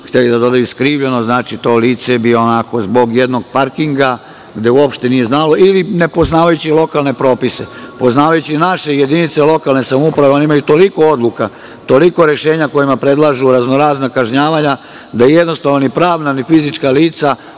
hteli da dodaju – skrivljeno. Znači, to lice bi zbog jednog parkinga, gde uopšte nije znalo ili ne poznavajući lokalne propise, poznavajući naše jedinice lokalne samouprave oni imaju toliko odluka, toliko rešenja kojima predlažu razno-razna kažnjavanja, da jednostavno ni pravna ni fizička lica